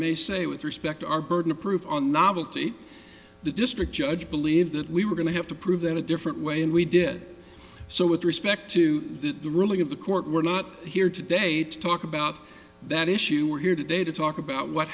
may say with respect to our burden of proof on novelty the district judge believe that we were going to have to prove that a different way and we did so with respect to that the ruling of the court we're not here today to talk about that issue we're here today to talk about what